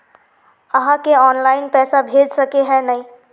आहाँ के ऑनलाइन पैसा भेज सके है नय?